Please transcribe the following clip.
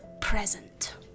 present